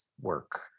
work